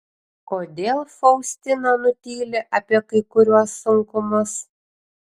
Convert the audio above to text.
kodėl faustina nutyli apie kai kuriuos sunkumus